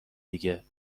دیگه